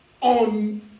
on